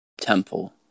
temple